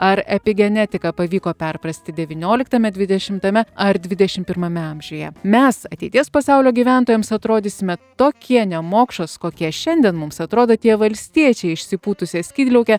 ar apie genetiką pavyko perprasti devynioliktame dvidešimtame ar dvidešimt pirmame amžiuje mes ateities pasaulio gyventojams atrodysime tokie nemokšos kokie šiandien mums atrodo tie valstiečiai išsipūtusia skydliauke